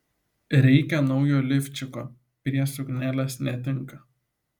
reikia naujo lifčiko prie suknelės netinka